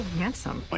handsome